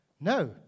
No